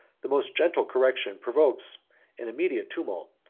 the most gentle correction provokes an immediate tumult,